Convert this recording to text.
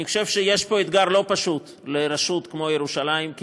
אני חושב שיש פה אתגר לא פשוט לרשות כמו ירושלים כי